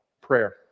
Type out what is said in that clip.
prayer